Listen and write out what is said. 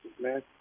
man